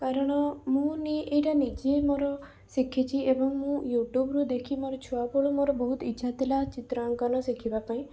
କାରଣ ମୁଁ ନେଇ ଏଇଟା ନିଜେ ମୋର ଶିଖିଛି ଏବଂ ମୁଁ ୟୁଟ୍ୟୁବରୁ ଦେଖି ମୋର ଛୁଆବେଳୁ ମୋର ବହୁତ ଇଚ୍ଛା ଥିଲା ଚିତ୍ରାଙ୍କନ ଶିଖିବା ପାଇଁ